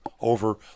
over